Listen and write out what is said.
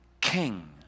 king